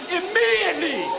immediately